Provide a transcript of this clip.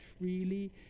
freely